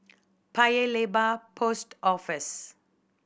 Paya Lebar Post Office